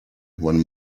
one